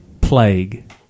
plague